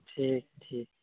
ᱴᱷᱤᱠ ᱴᱷᱤᱠ